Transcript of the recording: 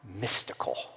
mystical